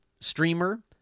streamer